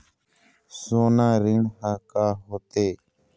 सोना ऋण हा का होते?